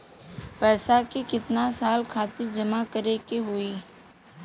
पैसा के कितना साल खातिर जमा करे के होइ?